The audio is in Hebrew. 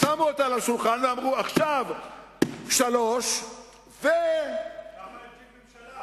שמו אותה על השולחן ואמרו: עכשיו 3% ככה הוא הרכיב ממשלה.